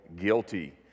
guilty